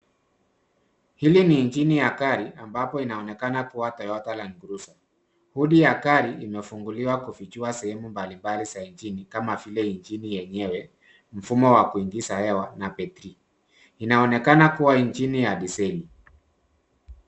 Hili ni injini ya gari ambapo inaonekana kuwa Toyota Landcruiser. Buti ya gari imefunguliwa kufichua sehemu mbalimbali za injini kama vile injini yenyewe, mfumo wa kuingiza hewa na battery . Inaonekana kuwa injini ya diseli.